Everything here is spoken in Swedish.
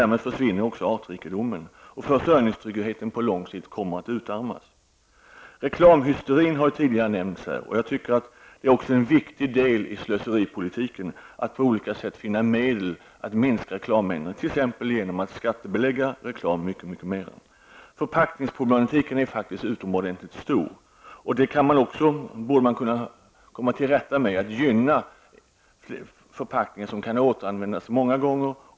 Därmed försvinner också artrikedomen, och försörjningstryggheten utarmas. Reklamhysterin har tidigare nämnts. En viktig del i antislöseripolitiken är att finna medel för att minska reklammängden. Ett sätt är att i större utsträckning lägga skatt på reklam. Förpackningsproblematiken är faktiskt utomordentligt stor. Även det problemet bör man kunna komma till rätta med genom att gynna framställningen av förpackningar som kan återanvändas många gånger.